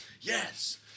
Yes